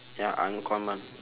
ya uncommon